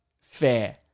Fair